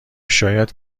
شاید